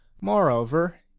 Moreover